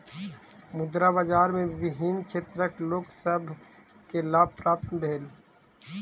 मुद्रा बाजार में विभिन्न क्षेत्रक लोक सभ के लाभ प्राप्त भेल